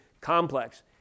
complex